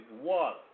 water